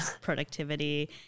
productivity